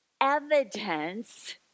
evidence